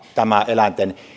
tämä eläinten